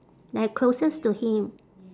like closest to him